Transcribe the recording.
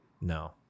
No